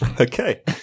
Okay